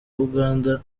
uganda